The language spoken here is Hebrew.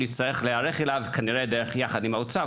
נצטרך להיערך אליה כנראה יחד עם האוצר,